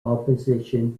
opposition